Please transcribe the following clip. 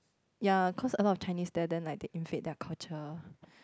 ya cause a lot of Chinese there then like they invade their culture